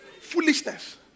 Foolishness